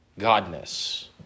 godness